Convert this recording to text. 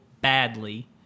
badly